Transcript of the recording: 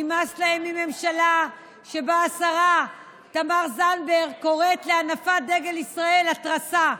נמאס להם מממשלה שבה השרה תמר זנדברג קוראת להנפת דגל ישראל "התרסה",